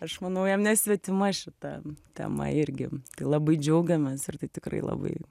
aš manau jam nesvetima šita tema irgi tai labai džiaugiamės ir tai tikrai labai